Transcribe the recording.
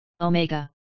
Omega